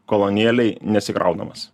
kolonėlėj nesikraunamas